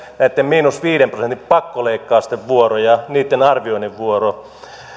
näitten miinus viiden prosentin pakkoleikkausten vuoro ja niitten arvioinnin vuoro